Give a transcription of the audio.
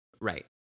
Right